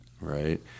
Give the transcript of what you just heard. right